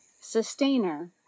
sustainer